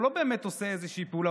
הוא לא באמת עושה איזושהי פעולה,